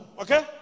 Okay